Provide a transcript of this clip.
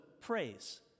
praise